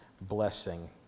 blessing